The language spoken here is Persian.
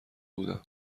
بودم